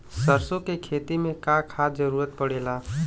सरसो के खेती में का खाद क जरूरत पड़ेला?